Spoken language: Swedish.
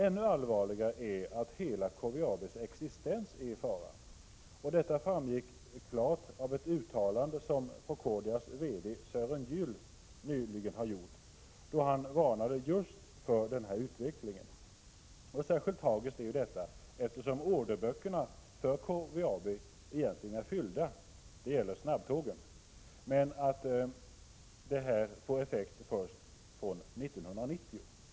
Ännu allvarligare är att hela KVAB:s existens är i fara. Detta framgick klart av ett uttalande som Procordias VD Sören Gyll nyligen gjorde, där han varnade för just denna utveckling. Detta är särskilt tragiskt, eftersom orderböckerna för KVAB är fyllda — det gäller snabbtågen — men att detta får effekt först fr.o.m. 1990.